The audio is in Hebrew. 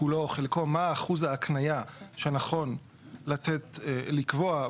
כולו או חלקו, מה אחוז ההקניה שנכון לתת, לקבוע.